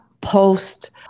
post